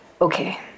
Okay